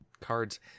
cards